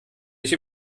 ich